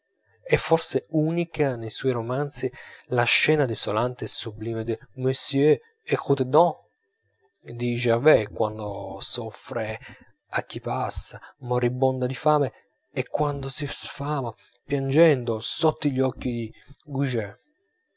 è forse unica nei suoi romanzi la scena desolante e sublime del monsieur écoutez donc di gervaise quando s'offre a chi passa moribonda di fame e quando si sfama piangendo sotto gli occhi